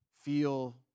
feel